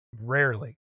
rarely